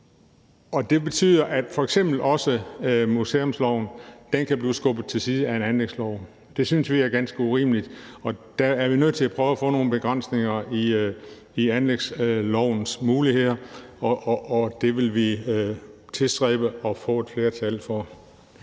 Og det betyder, at f.eks. også museumsloven kan blive skubbet til side af en anlægslov. Det synes vi er ganske urimeligt, og der er vi nødt til at prøve at få nogle begrænsninger af anlægslovens muligheder, og det vil vi tilstræbe at få et flertal for.